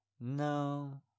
No